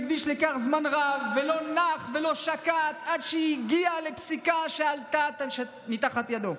והוא הקדיש לכך זמן רב ולא נח ולא שקט עד שהגיע לפסיקה שעלתה תחת ידו.